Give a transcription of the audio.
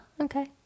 Okay